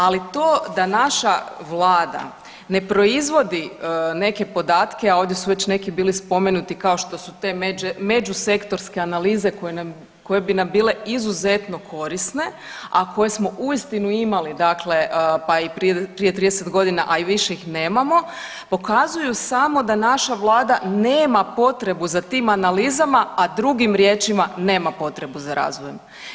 Ali to da naša Vlada ne proizvodi neke podatke, a ovdje su već neki bili spomenuti kao što su te među sektorske analize koje bi nam bile izuzetno korisne, a koje smo uistinu imali, dakle pa i prije 30 godina a više ih nemamo pokazuju samo da naša Vlada nema potrebu za tim analizama, a drugim riječima nema potrebu za razvojem.